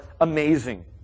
amazing